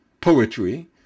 poetry